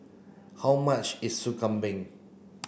how much is Sop Kambing